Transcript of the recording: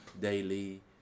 daily